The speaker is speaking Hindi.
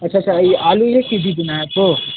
अच्छा अच्छा आलू एक केजी देना है आपको